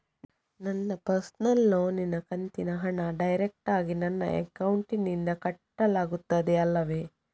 ನನ್ನ ಪರ್ಸನಲ್ ಲೋನಿನ ಕಂತಿನ ಹಣ ಡೈರೆಕ್ಟಾಗಿ ನನ್ನ ಅಕೌಂಟಿನಿಂದ ಕಟ್ಟಾಗುತ್ತದೆ ಅಲ್ಲವೆ?